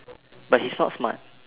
but he's not smart